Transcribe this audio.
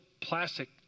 plastic